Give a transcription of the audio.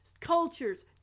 cultures